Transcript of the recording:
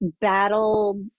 battle